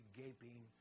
gaping